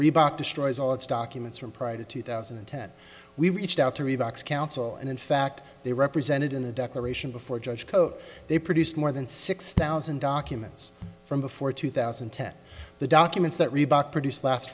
reebok destroys all its documents from prior to two thousand and ten we reached out to rebox counsel and in fact they represented in the declaration before judge code they produced more than six thousand documents from before two thousand and ten the documents that reebok produced last